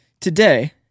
today